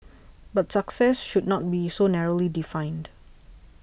but success should not be so narrowly defined